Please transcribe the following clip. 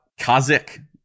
Kazik